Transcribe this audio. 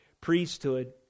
priesthood